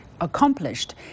Accomplished